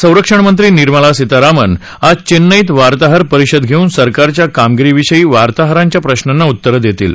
संरक्षण मंत्री निर्मला सीतारामन आज चेन्नईत वार्ताहर परिषद घेऊन सरकारच्या कामगिरीविषयी वार्ताहरांच्या प्रश्नांना उत्तरं देतील